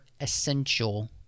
essential